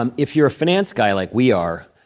um if you're a finance guy, like we are,